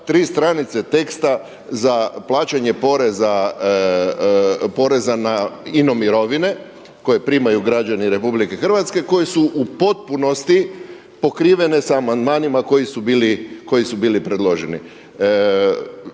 tri stranice teksta za plaćanje poreza na …/Govornik se ne razumije./… koje primaju građani RH koji su u potpunosti pokrivene sa amandmanima koji su bili predloženi.